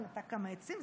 הוא נטע כמה עצים,